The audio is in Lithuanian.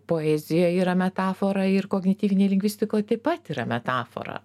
poezijoj yra metafora ir kognityvinėj lingvistikoj taip pat yra metafora